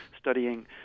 studying